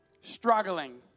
Struggling